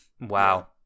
wow